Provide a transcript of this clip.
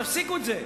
תפסיקו את זה.